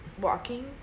walking